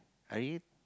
I already